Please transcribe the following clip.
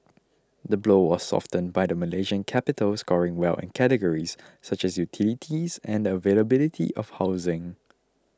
the blow was softened by the Malaysian capital scoring well in categories such as utilities and the availability of housing